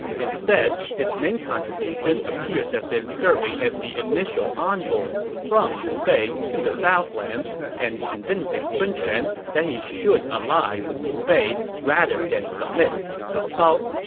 instead, his main contribution appears to have been serving as the initial envoy from liu bei to the southlands and convincing sun quan that he should ally with liu bei rather than submit to cao cao.